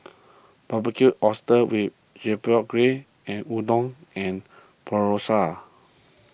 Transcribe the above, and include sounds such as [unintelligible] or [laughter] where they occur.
Barbecued Oysters with Chipotle Glaze and Udon and [unintelligible]